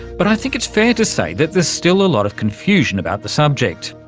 but i think it's fair to say that there's still a lot of confusion about the subject.